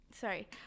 sorry